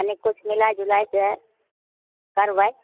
कनि किछु मिलाए जुलाएके करबै